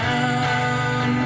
Down